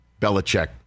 Belichick